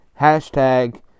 Hashtag